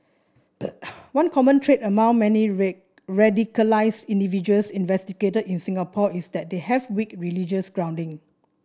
one common trait among many red radicalised individuals investigated in Singapore is that they have weak religious grounding